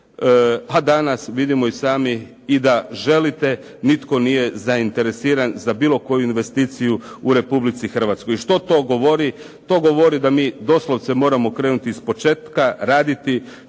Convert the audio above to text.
a danas vidimo i sami i da želite nitko nije zainteresiran za bilo koju investiciju u Republici Hrvatskoj. I što to govori? To govori da mi doslovce moramo krenuti iz početka, raditi,